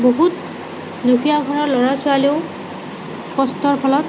বহুত দুখীয়া ঘৰৰ ল'ৰা ছোৱালীয়েও কষ্টৰ ফলত